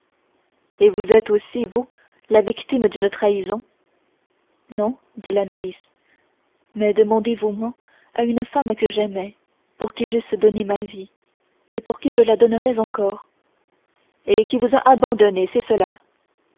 et vous êtes aussi vous la victime d'une trahison non dit la novice mais de mon dévouement à une femme que j'aimais pour qui j'eusse donné ma vie pour qui je la donnerais encore et qui vous a abandonnée c'est cela